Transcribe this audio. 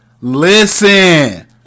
listen